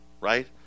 right